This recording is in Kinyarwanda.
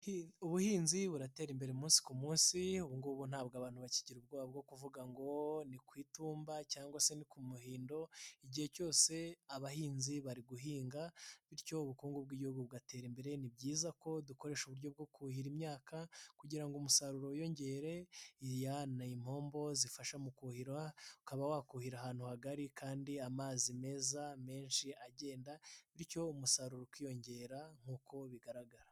Ubuhinzi buratera imbere umunsi ku munsi ubungubu ntabwo abantu bakigira ubwoba bwo kuvuga ngo ni ku itumba cyangwa se ku muhindo, igihe cyose abahinzi bari guhinga bityo ubukungu bw'igihugu bugatera imbere, ni byiza ko dukoresha uburyo bwo kuhira imyaka kugira ngo umusaruro wiyongere, impombo zifasha mu kuhira ukaba wakuhira ahantu hagari kandi amazi meza menshi agenda. Bityo umusaruro ukiyongera nk'uko bigaragara.